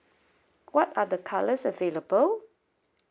what are the colours available